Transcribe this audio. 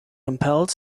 compelled